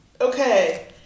Okay